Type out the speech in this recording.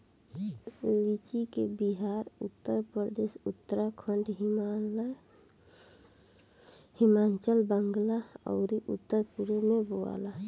लीची के बिहार, उत्तरप्रदेश, उत्तराखंड, हिमाचल, बंगाल आउर उत्तर पूरब में बोआला